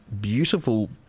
beautiful